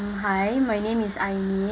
hi my name is aileen